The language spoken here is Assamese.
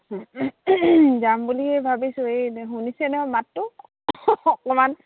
যাম বুলি ভাবিছোঁ এই শুনিছে নহয় মাতটো অকণমান